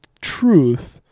truth